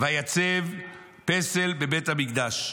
ויצב פסל בבית המקדש".